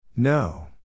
No